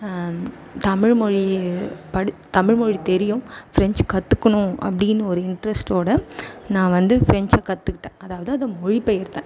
தமிழ்மொழி படி தமிழ்மொழி தெரியும் பிரெஞ்ச் கற்றுக்கணும் அப்படினு ஒரு இன்ட்ரஸ்டோட நான் வந்து பிரெஞ்ச் கற்றுக்கிட்டேன் அதாவது அதை மொழிபெயர்த்தேன்